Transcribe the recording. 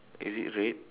is it red